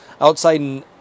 outside